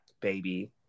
baby